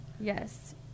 Yes